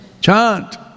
chant